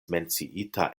menciita